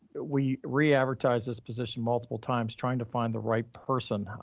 we re advertise this position multiple times, trying to find the right person,